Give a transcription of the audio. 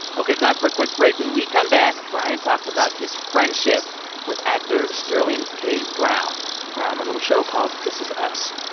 ok. time for a quick break. when we come back, brian talks about his friendship with actor sterling k. brown from a little show called this is us.